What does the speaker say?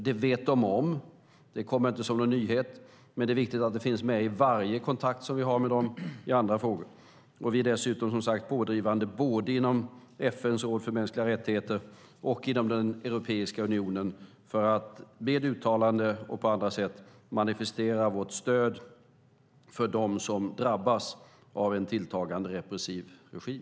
Den vet de om, det kommer inte som någon nyhet, men det är viktigt att det finns med i varje kontakt som vi har med dem gällande andra frågor. Vi är dessutom, som sagt, pådrivande både inom FN:s år för mänskliga rättigheter och inom Europeiska unionen för att med uttalanden och på andra sätt manifestera vårt stöd för dem som drabbas av en tilltagande repressiv regim.